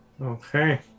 Okay